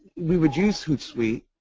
we would use hoot sweet.